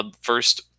first